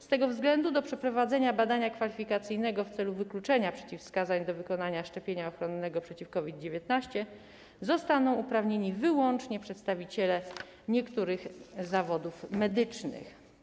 Z tego względu do przeprowadzenia badania kwalifikacyjnego w celu wykluczenia przeciwwskazań do wykonania szczepienia ochronnego przeciw COVID-19 zostaną uprawnieni wyłącznie przedstawiciele niektórych zawodów medycznych.